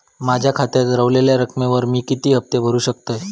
माझ्या खात्यात रव्हलेल्या रकमेवर मी किती हफ्ते भरू शकतय?